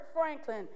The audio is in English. Franklin